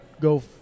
go